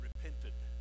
repented